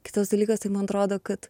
kitas dalykas tai man atrodo kad